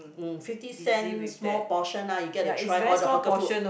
mm fifty cents small portion lah you get to try all the hawker food